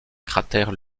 cratère